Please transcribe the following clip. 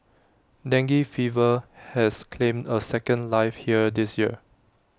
dengue fever has claimed A second life here this year